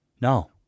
no